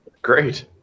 great